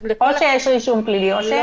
או שיש רישום פלילי או שאין?